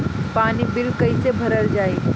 पानी बिल कइसे भरल जाई?